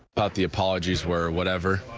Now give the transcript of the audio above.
but the apologies were whatever.